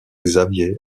xavier